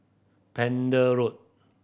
Pender Road